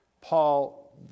Paul